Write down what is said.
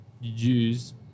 use